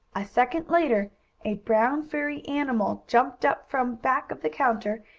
a second later a brown, furry animal jumped up from back of the counter,